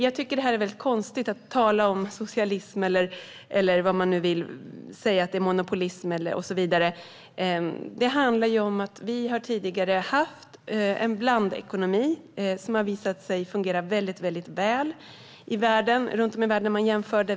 Jag tycker att det är konstigt att tala om socialism eller monopolism eller vad man nu vill säga att det är. Det handlar om att vi tidigare har haft en blandekonomi som har visat sig fungera mycket väl om man jämför med andra platser runt om i världen.